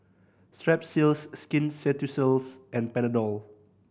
Strepsils Skin Ceuticals and Panadol